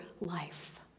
life